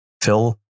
Phil